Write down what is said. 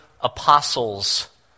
apostles